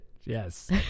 yes